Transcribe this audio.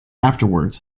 afterwards